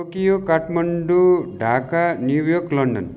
Tokyo Kathmandu Dhaka New York London